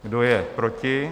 Kdo je proti?